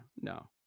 no